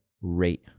rate